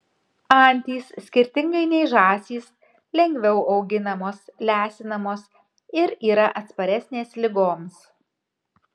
antys skirtingai nei žąsys lengviau auginamos lesinamos ir yra atsparesnės ligoms